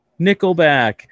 Nickelback